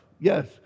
yes